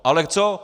Ale co?